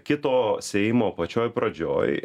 kito seimo pačioj pradžioj